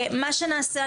מה שנעשה,